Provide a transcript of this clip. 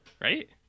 right